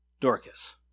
Dorcas